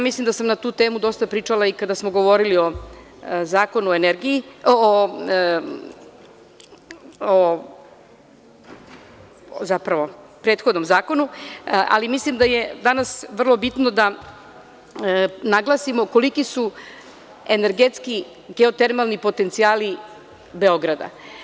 Mislim da sam na tu temu dosta pričala i kada smo govorili o prethodnom zakonu, ali mislim da je danas vrlo bitno da naglasimo koliki su energetski geotermalni potencijali Beograda.